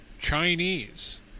Chinese